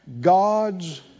God's